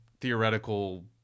theoretical